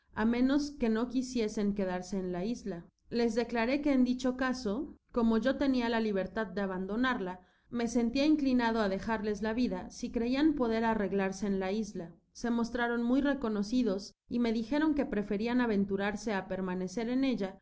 á menos que no quisiesen quedarse en la isla les declaré qne en dicho caso como yo tenia la libertad de abandonarla me sentía inclinado á dejarles la vida si creian poder arreglarse en la isla áe mostraron muy reconocidos y me dijeron que preferian aventurarse á permanecer en ella